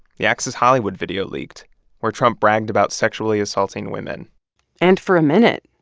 the access hollywood video leaked where trump bragged about sexually assaulting women and for a minute,